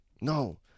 No